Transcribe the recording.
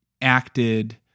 acted